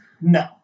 No